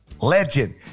legend